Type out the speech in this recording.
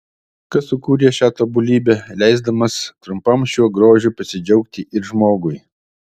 kas sukūrė šią tobulybę leisdamas trumpam šiuo grožiu pasidžiaugti ir žmogui